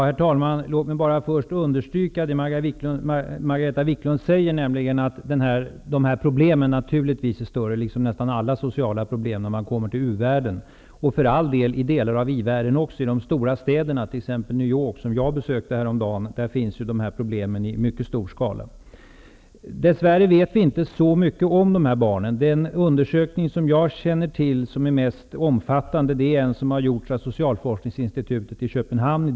Herr talman! Låt mig först understryka det Margareta Viklund säger, nämligen att dessa problem naturligtvis är större, liksom nästan alla sociala problem, i u-världen och för all del i ivärldens storstäder, exempelvis i New York som jag besökte häromdagen. Där finns dessa problem i mycket stor skala. Dess värre vet vi inte så mycket om dessa barn. Den undersökning som jag känner till och som är den mest omfattande är gjord av Socialforskningsinstitutet i Köpenhamn.